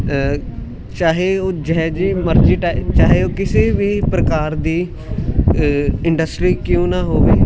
ਚਾਹੇ ਉਹ ਜਿਹੋ ਜਿਹੀ ਮਰਜ਼ੀ ਟੈ ਚਾਹੇ ਉਹ ਕਿਸੇ ਵੀ ਪ੍ਰਕਾਰ ਦੀ ਇੰਡਸਟਰੀ ਕਿਉਂ ਨਾ ਹੋਵੇ